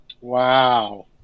Wow